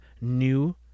new